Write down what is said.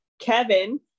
Kevin